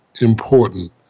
important